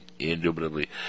Indubitably